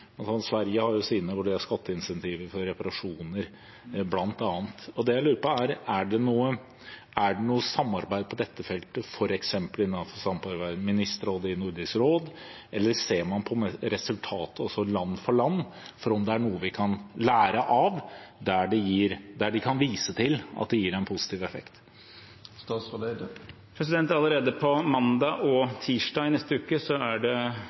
skatteinsentiver for reparasjoner, bl.a. Det jeg lurer på, er: Er det noe samarbeid på dette feltet, f.eks. innenfor Ministerrådet i Nordisk råd? Eller ser man på resultatet også land for land, om det er noe vi kan lære av, der de kan vise til at det gir en positiv effekt? Allerede på mandag og tirsdag i neste uke er det